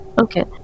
Okay